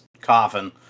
coffin